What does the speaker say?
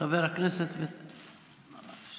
חבר הכנסת, תודה.